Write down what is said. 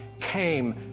came